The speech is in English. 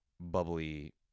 bubbly